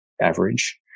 average